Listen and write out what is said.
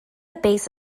base